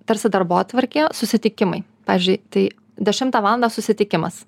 tarsi darbotvarkė susitikimai pavyzdžiui tai dešimtą valandą susitikimas